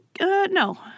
no